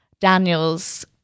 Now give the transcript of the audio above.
Daniel's